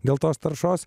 dėl tos taršos